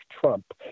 Trump